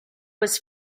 was